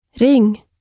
Ring